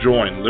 Join